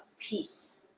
peace